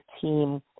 team